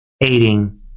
aiding